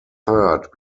third